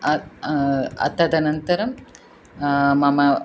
अ अ तदनन्तरं मम